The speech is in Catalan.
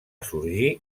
sorgir